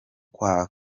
kwa